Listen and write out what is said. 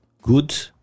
Good